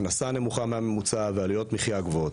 הכנסה נמוכה מהממוצע ועלויות מחייה גבוהות,